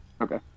okay